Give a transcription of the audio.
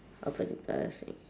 open in plaza sing